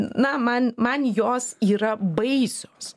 na man man jos yra baisios